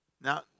Now